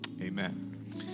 Amen